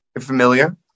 familiar